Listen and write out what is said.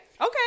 okay